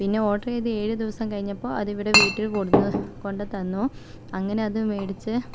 പിന്നെ ഓർഡർ ചെയ്ത് ഏഴു ദിവസം കഴിഞ്ഞപ്പോൾ അത് ഇവിടെ വീട്ടിൽ കൊണ്ടുവന്നു കൊണ്ടു തന്നു അങ്ങനെ അത് മേടിച്ച്